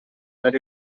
that